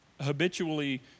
habitually